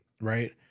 right